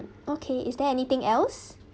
okay is there anything else